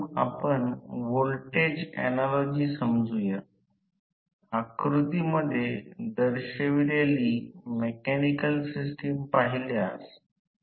म्हणून त्यावेळी असे असताना कॉटो व्युत्पन्न केल्याने हा आकडा कॉटो होणार नाही